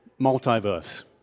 multiverse